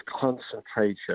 concentration